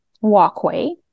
walkway